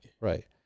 Right